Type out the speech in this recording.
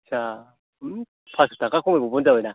आटसा फास्स' थाखा खमायबावबानो जाबायना